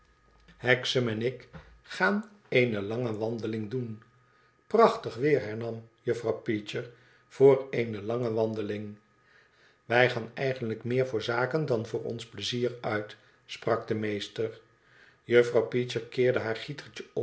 hexam en ik gaan eene lange wandeling doen prachtig weer hernam juffrouw peecher tvoor eene lange wandeling wij gaan eigenlijk meer voor zaken dan voor ons pleizier uit sprak de meester juffrouw peecher keerde haar